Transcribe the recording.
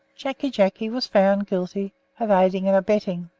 jacky jacky was found guilty of aiding and abetting.